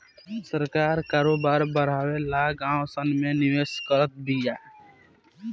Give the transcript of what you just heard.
सरकार करोबार बड़ावे ला गाँव सन मे निवेश करत बिया